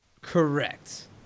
correct